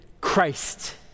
Christ